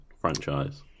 franchise